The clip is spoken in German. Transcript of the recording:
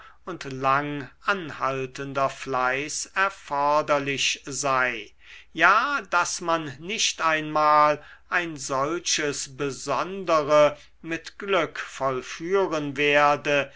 und lang anhaltender fleiß erforderlich sei ja daß man nicht einmal ein solches besondere mit glück vollführen werde